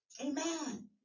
Amen